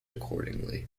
accordingly